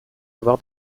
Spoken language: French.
avoir